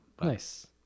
Nice